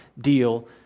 deal